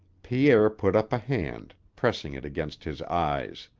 pierre put up a hand, pressing it against his eyes.